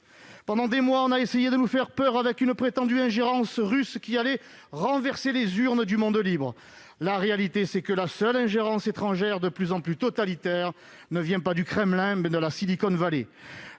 Pendant des mois, on a essayé de nous faire peur avec une prétendue « ingérence russe », qui allait renverser les urnes du monde libre. La réalité, c'est que la seule ingérence étrangère, de plus en plus totalitaire, vient non pas du Kremlin, mais de la Silicon Valley,